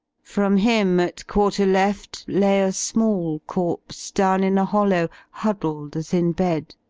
from him, at quarter left, lay a small corpse, down in a hollow, huddled as in bed.